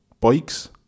bikes